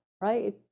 right